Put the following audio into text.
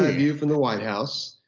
ah view from the white house,